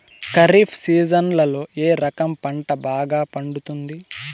ఖరీఫ్ సీజన్లలో ఏ రకం పంట బాగా పండుతుంది